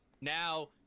now